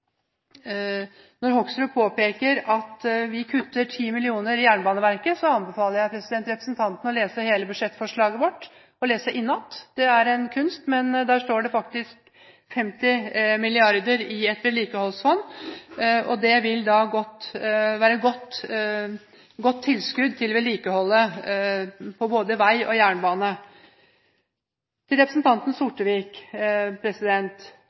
når representanten Hoksrud påpeker at vi kutter 10 mill. kr til Jernbaneverket, anbefaler jeg ham å lese hele budsjettforslaget vårt – lese det innenat. Det er en kunst, men der står det faktisk 50 mrd. kr til et vedlikeholdsfond. Det vil være et godt tilskudd til vedlikeholdet på både vei og jernbane. Til representanten